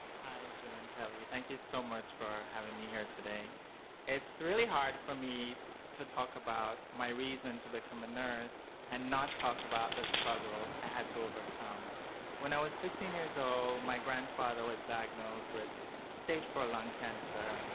hi, jim and kelly thank you so much for having me here today it's really hard for me to talk about my reason to become a nurse and not talk about the struggle i had to overcome when i was fifteen years old, my grandfather was diagnosed with stage four lung cancer.